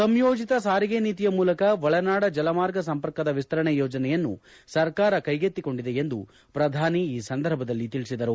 ಸಂಯೋಜಿತ ಸಾರಿಗೆ ನೀತಿಯ ಮೂಲಕ ಒಳನಾಡ ಜಲ ಮಾರ್ಗ ಸಂಪರ್ಕದ ವಿಸ್ತರಣೆ ಯೋಜನೆಯನ್ನು ಸರ್ಕಾರ ಕೈಗೆತ್ತಿಕೊಂಡಿದೆ ಎಂದು ಪ್ರಧಾನಿ ಈ ಸಂದರ್ಭದಲ್ಲಿ ತಿಳಿಸಿದರು